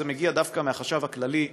שזה מגיע דווקא מהחשב הכללי,